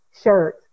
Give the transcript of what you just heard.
shirt